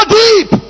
deep